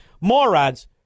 morons